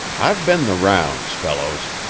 i've been the rounds, fellows.